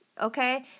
okay